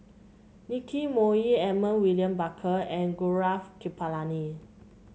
Nicky Moey Edmund William Barker and Gaurav Kripalani